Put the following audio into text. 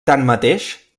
tanmateix